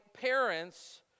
parents